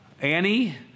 Annie